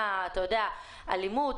אלימות,